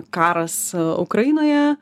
karas ukrainoje